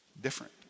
different